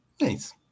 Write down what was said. Nice